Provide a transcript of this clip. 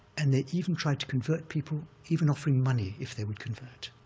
and they even tried to convert people, even offering money if they would convert,